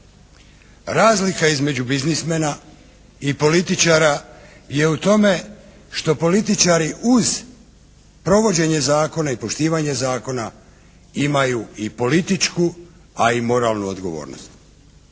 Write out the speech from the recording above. Razlika između biznismena i političara je u tome što političari uz provođenje zakona i poštivanje zakona imaju i političku a i moralnu odgovornost.